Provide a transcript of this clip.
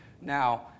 Now